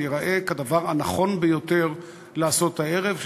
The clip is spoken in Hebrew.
זה ייראה כדבר הנכון ביותר לעשות הערב.